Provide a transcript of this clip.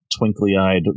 twinkly-eyed